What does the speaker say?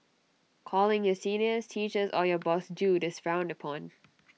calling your seniors teachers or your boss dude is frowned upon